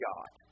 God